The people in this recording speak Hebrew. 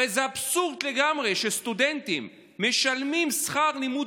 הרי זה אבסורד לגמרי שסטודנטים משלמים שכר לימוד